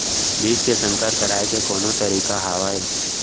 बीज के संकर कराय के कोनो तरीका हावय?